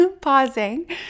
pausing